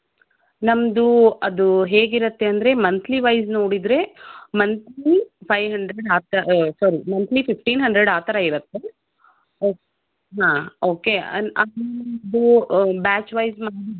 ನಮ್ಮದು ಅದು ಹೇಗಿರತ್ತೆ ಅಂದರೆ ಮಂಥ್ಲಿ ವೈಸ್ ನೋಡಿದರೆ ಮಂಥ್ಲಿ ಫೈ ಹಂಡ್ರೆಡ್ ಆ ಥರ ಸಾರೀ ಮಂಥ್ಲಿ ಫಿಫ್ಟೀನ್ ಹಂಡ್ರೆಡ್ ಆ ಥರ ಇರುತ್ತೆ ಹಾಂ ಓಕೆ ಅದು ನಮ್ಮದು ಬ್ಯಾಚ್ ವೈಸ್